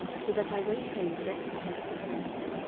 so that i went home vexed and disappointed,